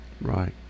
Right